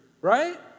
right